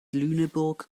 lüneburg